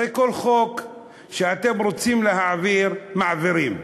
הרי כל חוק שאתם רוצים להעביר, מעבירים.